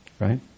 Right